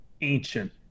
ancient